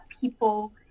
people